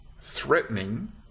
threatening